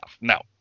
Now